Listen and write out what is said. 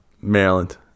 Maryland